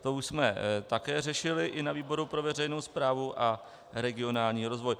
To už jsme také řešili i ve výboru pro veřejnou správu a regionální rozvoj.